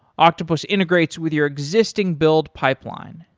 octopus integrates with your existing build pipeline,